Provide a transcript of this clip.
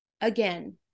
again